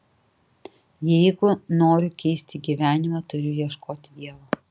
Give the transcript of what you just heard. jeigu noriu keisti gyvenimą turiu ieškoti dievo